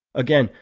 again,